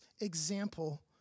example